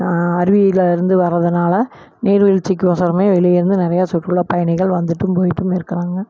அருவியில இருந்து வரதனால நீர்வீழ்ச்சிக்கு ஒசரமே வெளியே இருந்து நெறையா சுற்றுலா பயணிகள் வந்துட்டும் போய்ட்டும் இருக்கிறாங்க